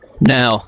Now